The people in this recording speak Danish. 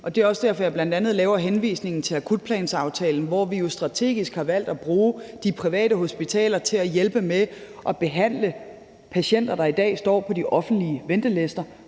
Det er også derfor, jeg bl.a. laver henvisningen til akutplansaftalen, hvor vi jo strategisk har valgt at bruge de private hospitaler til at hjælpe med at behandle patienter, der i dag står på de offentlige ventelister,